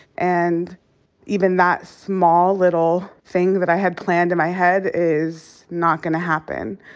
and even that small, little thing that i had planned in my head is not gonna happen,